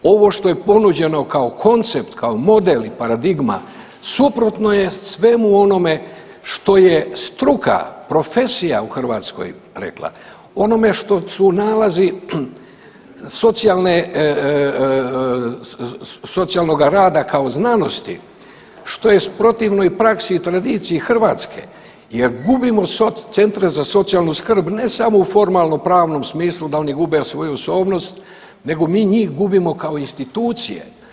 Ovo što je ponuđeno kao koncept, kao model i paradigma suprotno je svemu onome što je struka, profesija u Hrvatskoj rekla, onome što su nalazi socijalnoga rada kao znanosti, što je protivnoj praksi i tradiciji Hrvatske jer gubimo centre za socijalnu skrb ne samo u formalnopravnom smislu da oni gube svoju osobnost nego mi njih gubimo kao institucije.